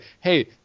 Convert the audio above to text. hey